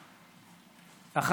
בבקשה.